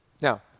Now